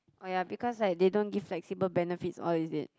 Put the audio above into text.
oh ya because like they don't give flexible benefits all is it